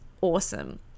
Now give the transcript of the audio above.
awesome